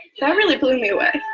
that really blew me away,